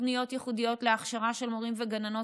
בתוכניות ייחודיות להכשרה של מורים וגננות,